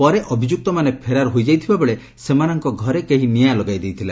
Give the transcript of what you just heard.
ପରେ ଅଭିଯୁକ୍ତମାନେ ଫେରାର ହୋଇଯାଇଥିବା ବେଳେ ସେମାନଙ୍କ ଘରେ କେହି ନିଆଁ ଲଗାଇ ଦେଇଥିଲା